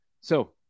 So-